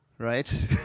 Right